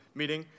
meeting